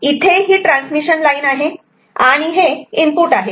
इथे ही transmission line आहे आणि हे इनपुट आहेत